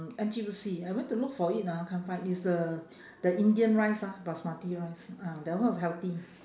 N_T_U_C I went to look for it ah can't find is the the indian rice ah basmati rice ah that one is healthy